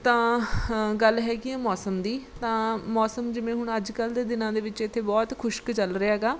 ਤਾਂ ਗੱਲ ਹੈਗੀ ਹੈ ਮੌਸਮ ਦੀ ਤਾਂ ਮੌਸਮ ਜਿਵੇਂ ਹੁਣ ਅੱਜ ਕੱਲ੍ਹ ਦੇ ਦਿਨਾਂ ਦੇ ਵਿੱਚ ਇੱਥੇ ਬਹੁਤ ਖੁਸ਼ਕ ਚੱਲ ਰਿਹਾ ਹੈਗਾ